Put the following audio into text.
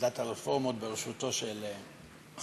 ועדת הרפורמות בראשותו של חברי,